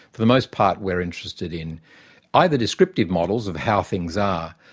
for the most part we're interested in either descriptive models of how things are,